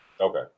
okay